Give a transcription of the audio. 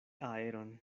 aeron